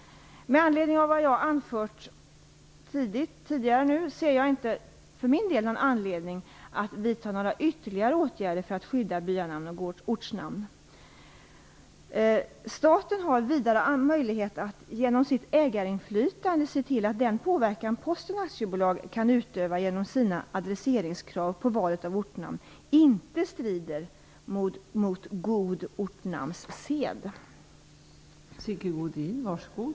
Med anledning av vad jag anfört ser jag för min del inte någon anledning till att vidta några ytterligare åtgärder för att skydda byanamn och ortnamn. Staten har vidare möjlighet att genom sitt ägarinflytande se till att den påverkan som Posten AB kan utöva genom sina adresseringskrav när det gäller valet av ortnamn inte strider mot god ortnamnssed.